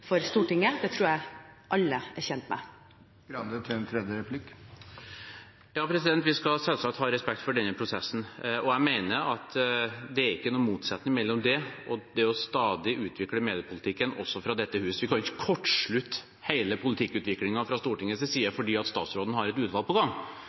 for Stortinget. Det tror jeg alle er tjent med. Vi skal selvsagt ha respekt for denne prosessen, og jeg mener at det ikke er noen motsetning mellom det og det å stadig utvikle mediepolitikken også fra dette hus. Vi kan ikke kortslutte hele politikkutviklingen fra Stortingets side